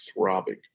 throbbing